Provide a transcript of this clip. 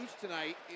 tonight